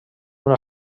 una